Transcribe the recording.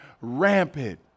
rampant